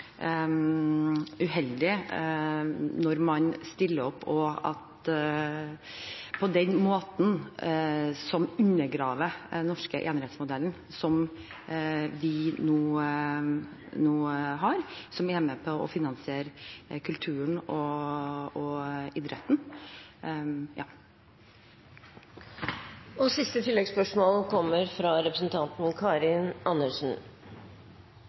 uheldig når man stiller opp på den måten og undergraver den norske enerettsmodellen som vi nå har, og som er med på å finansiere kulturen og idretten. Karin Andersen – til siste